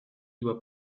doit